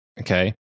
okay